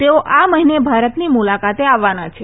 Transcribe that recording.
તેઓ આ મહિને ભારતની મુલાકાતે આવવાના છે